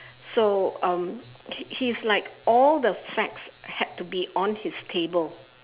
so um he he's like all the facts had to be on his table